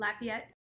Lafayette